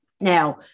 Now